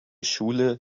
schule